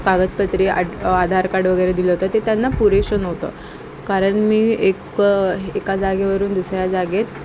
कागदोपत्री आधार कार्ड वगैरे दिलं होतं ते त्यांना पुरेसं नव्हतं कारण मी एक एका जागेवरून दुसऱ्या जागेत